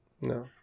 No